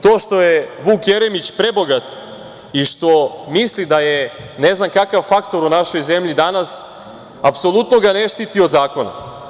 To što je Vuk Jeremić prebogat i što misli da je ne znam kakav faktor u našoj zemlji danas, apsolutno ga ne štiti od zakona.